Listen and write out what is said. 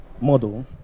model